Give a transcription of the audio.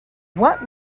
what